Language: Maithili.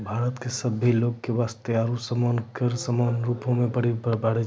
भारतो के सभे लोगो के वस्तु आरु सेवा कर समान रूपो से भरे पड़ै छै